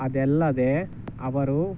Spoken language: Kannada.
ಅದಲ್ಲದೆ ಅವರು